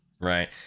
right